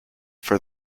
for